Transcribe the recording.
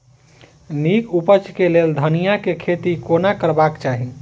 नीक उपज केँ लेल धनिया केँ खेती कोना करबाक चाहि?